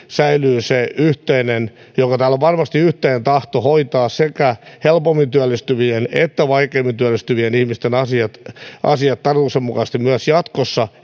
säilyy se yhteinen joka täällä varmasti on yhteinen tahto hoitaa sekä helpommin työllistyvien että vaikeimmin työllistyvien ihmisten asiat asiat tarkoituksenmukaisesti myös jatkossa